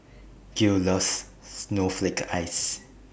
Gil loves Snowflake Ice